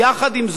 גם הם,